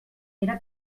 era